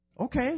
Okay